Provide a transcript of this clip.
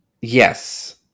Yes